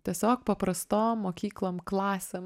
tiesiog paprastom mokyklom klasėm